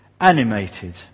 Animated